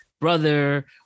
brother